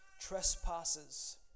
trespasses